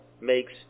makes